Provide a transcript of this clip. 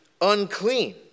unclean